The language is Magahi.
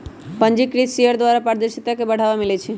पंजीकृत शेयर द्वारा पारदर्शिता के बढ़ाबा मिलइ छै